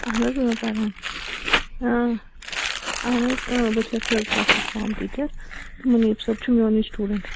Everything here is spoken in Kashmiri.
اَہن پَران اَہن حظ بہٕ چھَس تھٲڈ کٕلاسس فام ٹیٖچر تہٕ مُمیٖت صٲب چھُ میونٕے سِٹوٗڈنٛٹ